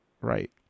Right